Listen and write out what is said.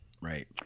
right